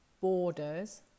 borders